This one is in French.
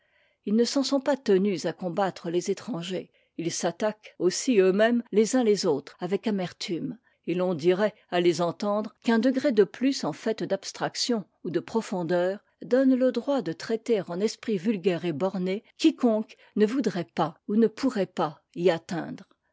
ils ne s'en sont pas tenus à combattre les étrangers ils s'attaquent aussi eux-mêmes les uns les autres avec amertume et l'on dirait à les entendre qu'un degré de plus en fait d'abstraction ou de profondeur donne le droit de traiter en esprit vulgaire et borné quiconque ne voudrait pas ou ne pourrait pas y atteindre